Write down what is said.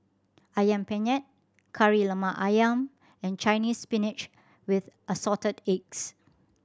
Ayam Penyet Kari Lemak Ayam and Chinese Spinach with Assorted Eggs